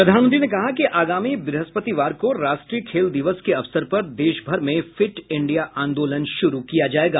प्रधानमंत्री ने कहा कि आगामी ब्रहस्पतिवार को राष्ट्रीय खेल दिवस के अवसर पर देश भर में फिट इंडिया आंदोलन शुरू किया जाएगा